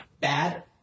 bad